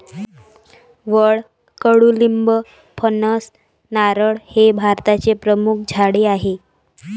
वड, कडुलिंब, फणस, नारळ हे भारताचे प्रमुख झाडे आहे